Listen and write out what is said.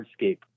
hardscape